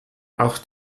auch